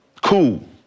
Cool